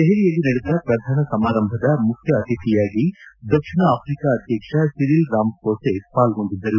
ದೆಪಲಿಯಲ್ಲಿ ನಡೆದ ಪ್ರಧಾನ ಸಮಾರಂಭದ ಮುಖ್ಯ ಅತಿಥಿಯಾಗಿ ದಕ್ಷಿಣ ಆಫ್ರಿಕಾ ಅಧ್ಯಕ್ಷ ಸಿರಿಲ್ ರಾಮಘೋಸೆ ಪಾಲ್ಗೊಂಡಿದ್ದರು